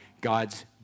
God's